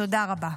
תודה רבה.